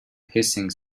hissing